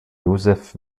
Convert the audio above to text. joseph